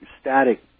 static